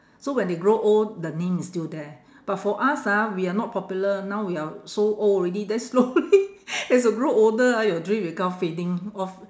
so when they grow old the name is still there but for us ah we are not popular now we are so old already then slowly as you grow older ah your dream become fading off